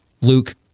Luke